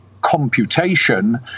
computation